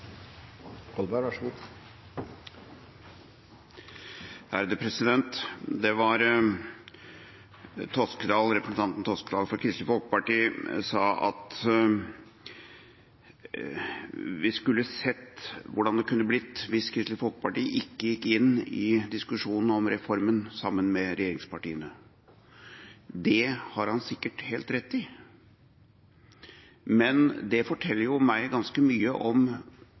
Toskedal fra Kristelig Folkeparti som sa at vi skulle sett hvordan det kunne blitt hvis Kristelig Folkeparti ikke gikk inn i diskusjonen om reformen sammen med regjeringspartiene. Det har han sikkert helt rett i, men det forteller meg ganske mye om